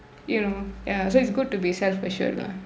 you know ya so it's good to be self assured lah